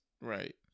Right